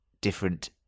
different